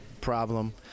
problem